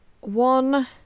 one